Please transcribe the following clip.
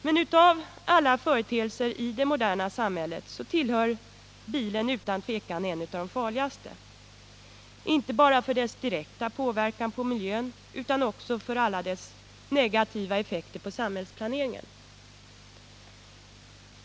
Men av alla företeelser i det moderna samhället är bilen utan tvivelen av de farligaste, inte bara på grund av dess direkta påverkan på miljön utan också på grund av alla dess negativa effekter på samhällsplaneringen.